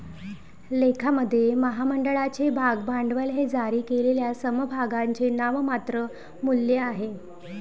लेखामध्ये, महामंडळाचे भाग भांडवल हे जारी केलेल्या समभागांचे नाममात्र मूल्य आहे